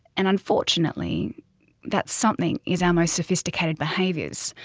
and unfortunately that something is our most sophisticated behaviours,